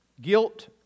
Guilt